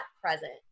present